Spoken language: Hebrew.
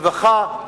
רווחה,